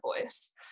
voice